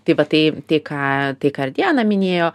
taip va tai ką tai ką ir diana minėjo